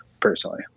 personally